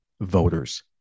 voters